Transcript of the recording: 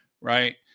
right